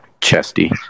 Chesty